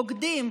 בוגדים,